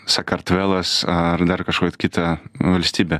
sakartvelas ar dar kažkokia kita valstybė